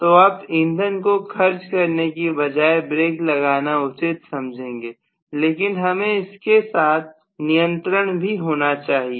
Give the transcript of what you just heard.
तो आप इंधन को खर्च करने की बजाय ब्रेक लगाना उचित समझेंगे लेकिन हमें इसके साथ नियंत्रण भी होना चाहिए